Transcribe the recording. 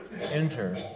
enter